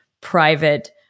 private